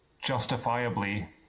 justifiably